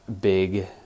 big